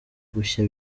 gushya